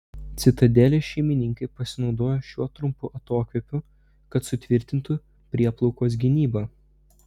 citadelės šeimininkai pasinaudojo šiuo trumpu atokvėpiu kad sutvirtintų prieplaukos gynybą